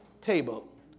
table